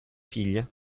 figlia